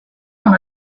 dans